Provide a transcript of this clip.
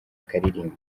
akaririmbo